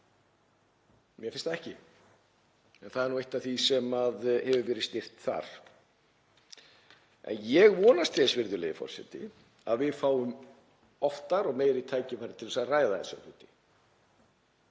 mér finnst það ekki, en það er nú eitt af því sem hefur verið styrkt þar. Ég vonast til þess, virðulegi forseti, að við fáum oftar og meiri tækifæri til að ræða þessa hluti.